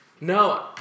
No